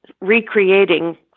recreating